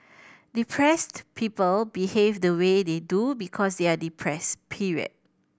depressed people behave the way they do because they are depressed period